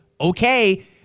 okay